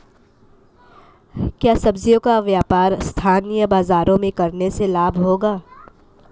क्या सब्ज़ियों का व्यापार स्थानीय बाज़ारों में करने से लाभ होगा?